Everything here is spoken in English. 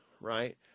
right